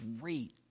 great